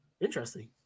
Interesting